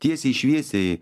tiesiai šviesiai